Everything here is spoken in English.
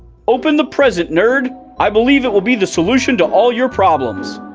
open the present, nerd. i believe it will be the solution to all your problems.